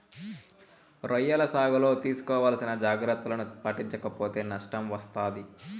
రొయ్యల సాగులో తీసుకోవాల్సిన జాగ్రత్తలను పాటించక పోతే నష్టం వస్తాది